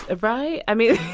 ah right? i mean.